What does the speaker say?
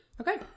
Okay